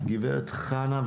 גברת חנה.